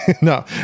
No